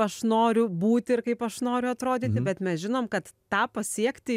aš noriu būti ir kaip aš noriu atrodyti bet mes žinom kad tą pasiekti